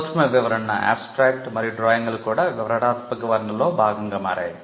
Abstract మరియు డ్రాయింగ్లు కూడా వివరణాత్మక వర్ణనలో ఒక భాగంగా మారాయి